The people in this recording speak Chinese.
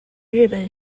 日本